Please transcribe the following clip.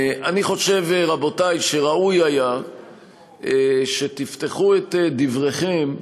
אני חושב, רבותי, שראוי היה שתפתחו את דבריכם,